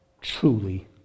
truly